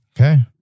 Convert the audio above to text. Okay